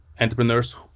entrepreneurs